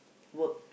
work